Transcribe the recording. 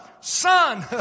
son